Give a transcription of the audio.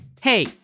Hey